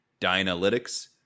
Dynalytics